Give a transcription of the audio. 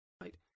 right